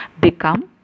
become